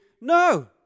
No